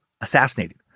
assassinated